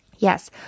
Yes